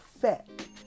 fit